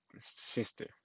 sister